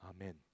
Amen